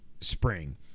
spring